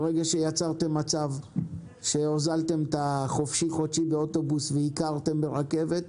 ברגע שיצרתם מצב שהוזלתם את החופשי-חודשי באוטובוס וייקרתם ברכבת,